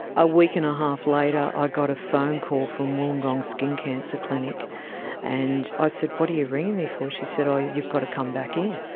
a week and a half later, i got a phone call from wollongong skin cancer clinic and i said, what are you ringing me for? she said, you've got to come back in.